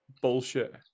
Bullshit